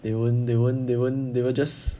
they won't they won't they won't they will just